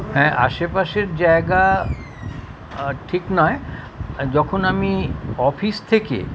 হ্যাঁ আশেপাশের জায়গা ঠিক নয় যখন আমি অফিস থেকে